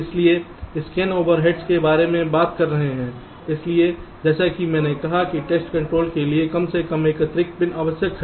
इसलिए scan overheads के बारे में बात कर रहा है इसलिए जैसा कि मैंने कहा कि टेस्ट कंट्रोल के लिए कम से कम एक अतिरिक्त पिन आवश्यक है